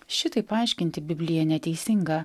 šitaip paaiškinti biblija neteisinga